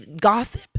gossip